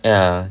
ya